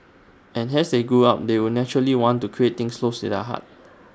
and as they grew up they would naturally want to create things close to their heart